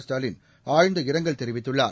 ஸ்டாலின் ஆழ்ந்த இரங்கல் தெரிவித்துள்ளார்